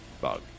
bug